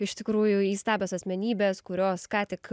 iš tikrųjų įstabios asmenybės kurios ką tik